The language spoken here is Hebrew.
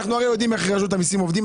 אנחנו הרי יודעים איך רשות המיסים עובדים.